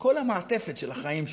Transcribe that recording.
כל המעטפת של החיים שלו,